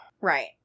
Right